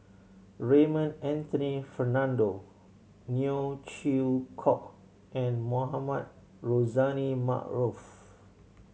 Raymond Anthony Fernando Neo Chwee Kok and Mohamed Rozani Maarof